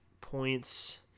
points